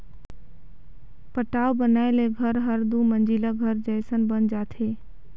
पटाव बनाए ले घर हर दुमंजिला घर जयसन बन जाथे